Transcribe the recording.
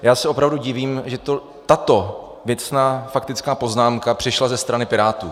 Já se opravdu divím, že to tato věcná faktická poznámka přišla ze strany Pirátů.